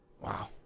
Wow